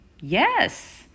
Yes